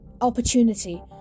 opportunity